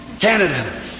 Canada